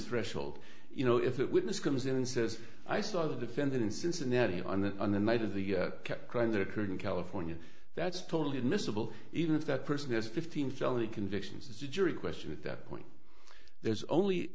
threshold you know if that witness comes in and says i saw the defendant in cincinnati on the night of the crime that occurred in california that's totally admissible even if that person has fifteen felony convictions jury question at that point there's only